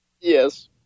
Yes